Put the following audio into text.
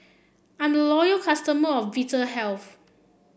I'm loyal customer of Vitahealth